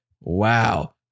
wow